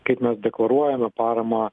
kaip mes deklaruojame paramą